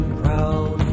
proud